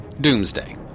Doomsday